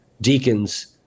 deacons